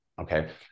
okay